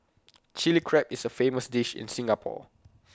Chilli Crab is A famous dish in Singapore